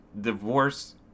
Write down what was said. divorce